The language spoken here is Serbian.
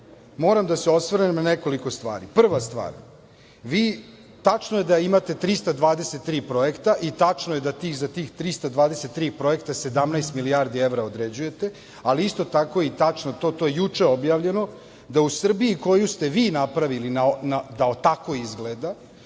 moram da se osvrnem na nekoliko stvari. Prva stvar, vi, tačno je da imate 323 projekta i tačno je da za tih 323 projekta 17 milijardi evra određujete, ali isto tako i tačno to, to je juče odjavljeno, da u Srbiji koju ste vi napravili da tako izgleda,